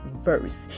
verse